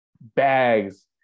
bags